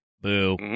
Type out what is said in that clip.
boo